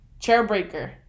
Chairbreaker